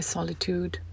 Solitude